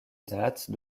date